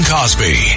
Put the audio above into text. Cosby